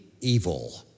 evil